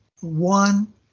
one